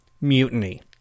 Mutiny